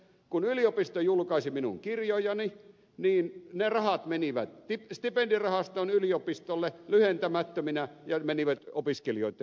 kun yliopisto julkaisi minun kirjojani niin ne rahat menivät stipendirahastoon yliopistolle lyhentämättöminä ja menivät opiskelijoitten hyväksi